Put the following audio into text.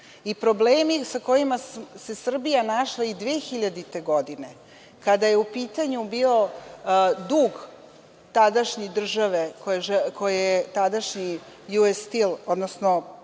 i problemi sa kojima se Srbija našla i 2000. godine kada je u pitanju bio dug tadašnje države, koji je tadašnji US Steel, odnosno